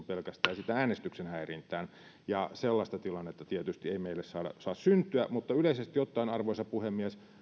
pelkästään siihen äänestyksen häirintään ja sellaista tilannetta tietysti ei meille saa saa syntyä yleisesti ottaen arvoisa puhemies